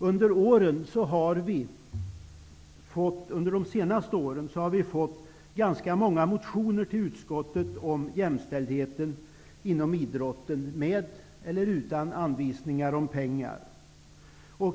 Under senare år har det kommit många motioner till utskottet där frågan om jämställdheten inom idrotten har tagits upp med eller utan anvisningar om pengar.